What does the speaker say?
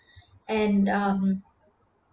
and um